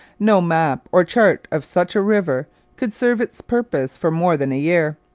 no map or chart of such a river could serve its purpose for more than a year.